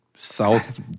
South